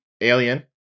Alien